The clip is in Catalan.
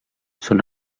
són